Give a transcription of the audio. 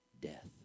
death